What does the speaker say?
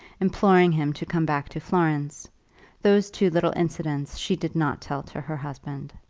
imploring him to come back to florence those two little incidents she did not tell to her husband.